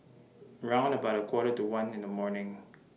round about A Quarter to one in The morning